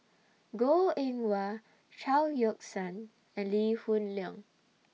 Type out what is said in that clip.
Goh Eng Wah Chao Yoke San and Lee Hoon Leong